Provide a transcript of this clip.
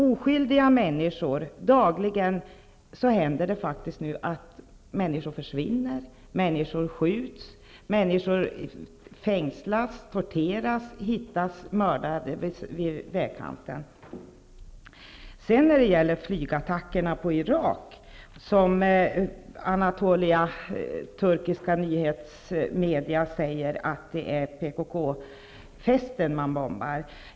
Det händer dagligen att oskyldiga människor försvinner, skjuts, fängslas, torteras och hittas mördade vid vägkanten. När det gäller flygattackerna på Irak säger turkiska nyhetsmedia att det är PKK-fästen man bombar.